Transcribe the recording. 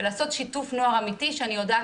ולעשות שיתוף נוער אמיתי שאני יודעת